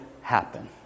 happen